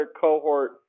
cohort